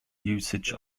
usage